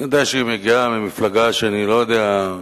אני יודע שהיא מגיעה ממפלגה שאני לא יודע,